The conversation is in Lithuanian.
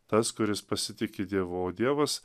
tas kuris pasitiki dievu o dievas